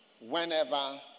whenever